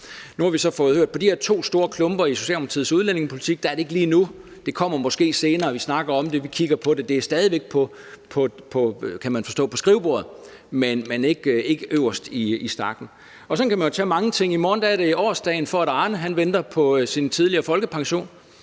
Nu har vi så hørt om de her to store klumper i Socialdemokratiets udlændingepolitik, og der er det ikke lige nu, der er noget om det; det kommer måske senere, de snakker om det, de kigger på det, det er stadig væk, kan man forstå, på skrivebordet, men ligger ikke øverst i stakken. Sådan kan man jo tage mange ting. I morgen er det årsdagen for, at Arne blev lovet tidligere pension.